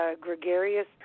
gregarious